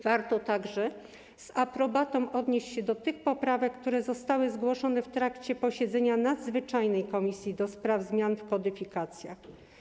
Warto także z aprobatą odnieść się do tych poprawek, które zostały zgłoszone w trakcie posiedzenia Komisji Nadzwyczajnej do spraw zmian w kodyfikacjach.